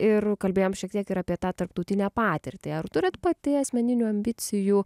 ir kalbėjom šiek tiek ir apie tą tarptautinę patirtį ar turit pati asmeninių ambicijų